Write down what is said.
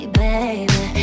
baby